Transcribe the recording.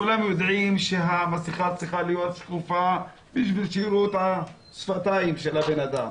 כולנו יודעים שהמסכה צריכה להיות שקופה כדי שיראו את השפתיים של הבן אדם